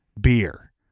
beer